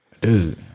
dude